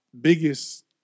biggest